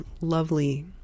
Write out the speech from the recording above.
lovely